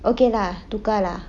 okay lah tukar lah